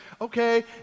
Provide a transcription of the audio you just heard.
okay